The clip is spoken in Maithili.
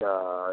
तऽ